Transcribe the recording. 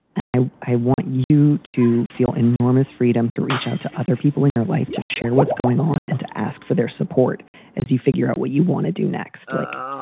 and i i want you to feel enormous freedom to reach out to other people in your life, to share what's going on and to ask for their support as you figure out what you want to do next. like,